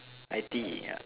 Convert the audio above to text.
I_T_E ya